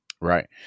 Right